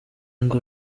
ngo